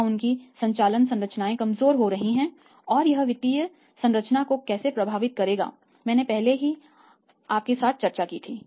यहां उनकी संचालन संरचनाएं कमजोर हो रही हैं और यह वित्तीय संरचना को कैसे प्रभावित करेगा मैंने पहले ही आपके साथ चर्चा की है